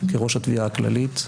כראש התביעה הכללית,